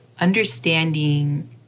understanding